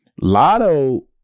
Lotto